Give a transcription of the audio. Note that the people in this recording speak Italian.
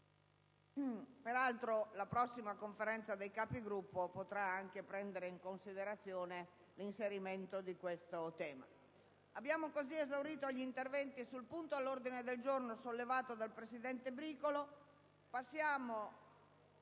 Peraltro, la prossima Conferenza dei Capigruppo potrà anche prendere in considerazione l'inserimento di questo tema. Abbiamo così esaurito gli interventi sul punto sollevato dal presidente Bricolo.